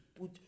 put